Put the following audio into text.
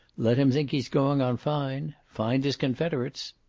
let him think he's going on fine. find his confederates.